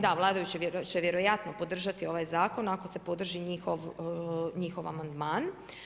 Da vladajući će vjerojatno podržati ovaj zakon, ako se podrži njihov amandman.